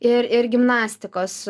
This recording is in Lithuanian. ir ir gimnastikos